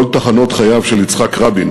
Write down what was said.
כל תחנות חייו של יצחק רבין,